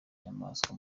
inyamaswa